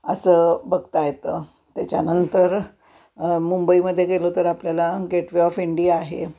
असं बघता येतं त्याच्यानंतर मुंबईमध्ये गेलो तर आपल्याला गेटवे ऑफ इंडिया आहे